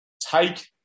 take